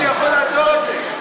יש חוק שלי שיכול לעצור את זה.